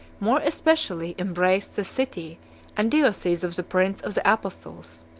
more especially embraced the city and diocese of the prince of the apostles.